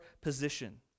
position